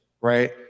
right